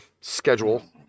schedule